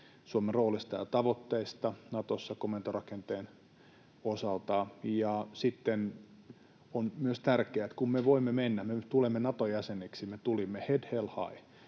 Suomen roolista ja tavoitteista Natossa komentorakenteen osalta. Kun me tulimme Nato-jäseneksi, me tulimme ”head held high”